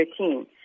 2013